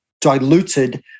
diluted